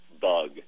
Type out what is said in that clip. bug